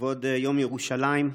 לכבוד יום ירושלים,